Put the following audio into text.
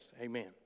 amen